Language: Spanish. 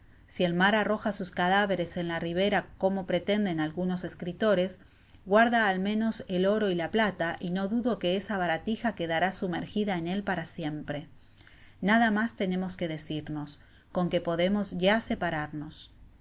trampasi el mar arroja sus cadáveres en la ribera como pretenden algunos escritores guarda al menos el oro y la plata y no dudo que esa baratija quedará sumerjida en él para siempre nada mas tenemos que decirnos con que podemos ya separarnos